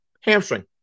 hamstring